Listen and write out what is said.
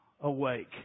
awake